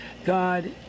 God